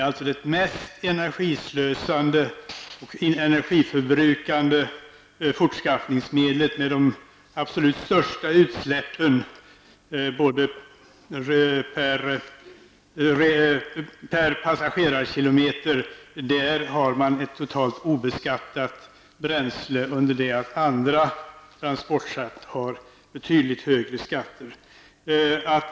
Flyget är det mest energislösande och energiförbrukande fortskaffningsmedlet med de största utsläppen per passagerarkilometer. Där har man ett helt obeskattat bränsle under det att andra transportsätt har betydligt högre skatter.